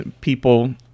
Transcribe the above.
people –